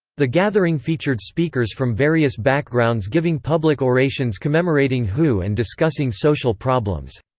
the gathering featured speakers from various backgrounds giving public orations commemorating hu and discussing social problems.